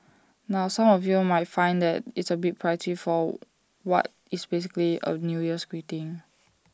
now some of you might find that A bit pricey for what is basically A new year's greeting